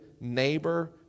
neighbor